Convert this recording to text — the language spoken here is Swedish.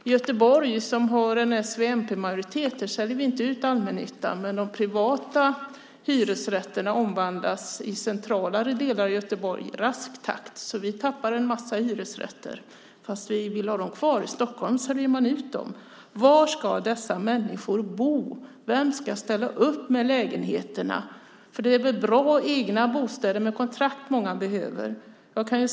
I Göteborg, som har en s-, v och mp-majoritet säljer vi inte ut allmännyttan. Men de privata hyresrätterna i centralare delar av Göteborg omvandlas i rask takt. Vi tappar alltså en massa hyresrätter fast vi vill ha dem kvar. I Stockholm säljer man ut dem. Var ska dessa människor bo? Vem ska ställa upp med lägenheterna? Det är bra, egna bostäder med kontrakt som många behöver.